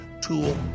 tool